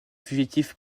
fugitifs